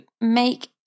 make